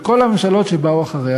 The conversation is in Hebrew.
וכל הממשלות שבאו אחריה,